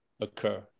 occur